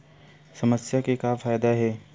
समस्या के का फ़ायदा हे?